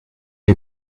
you